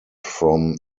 from